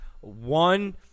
one